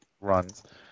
runs